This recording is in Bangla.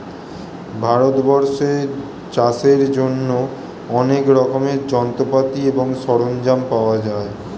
ভারতবর্ষে চাষের জন্য অনেক রকমের যন্ত্রপাতি এবং সরঞ্জাম পাওয়া যায়